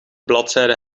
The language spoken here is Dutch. bladzijde